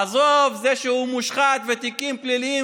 עזוב את זה שהוא מושחת ותיקים פליליים